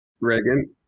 Reagan